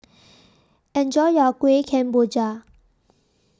Enjoy your Kueh Kemboja